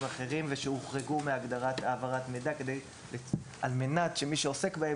אחרים ושהוחרגו מהגדרת העברת מידע על מנת שמי שעוסק בהם